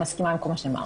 מסכימה עם כל מה שנאמר,